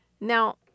Now